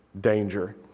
danger